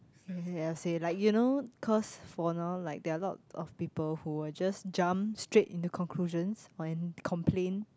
uh how to say like you know cause for now like there are a lot of people who will just jump straight into conclusions when complain